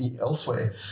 elsewhere